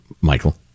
Michael